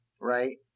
right